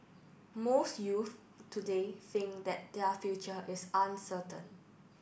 most youth today think that their future is uncertain